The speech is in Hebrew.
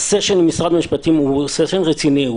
הסשן עם משרד המשפטים הוא סשן רציני,